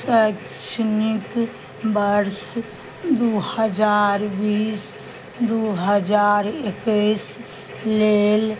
शैक्षणिक वर्ष दुइ हजार बीस दुइ हजार एकैस लेल